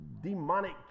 demonic